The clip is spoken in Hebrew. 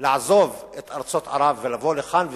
לעזוב את ארצות ערב ולבוא לכאן,